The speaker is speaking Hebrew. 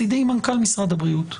מצדי עם מנכ"ל משרד הבריאות.